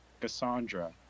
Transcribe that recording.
Cassandra